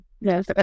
yes